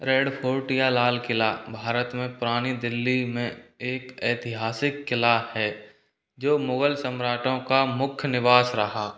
red fort या लाल किला भारत में पुरानी दिल्ली में एक ऐतिहासिक किला है जो मुग़ल सम्राटों का मुख्य निवास रहा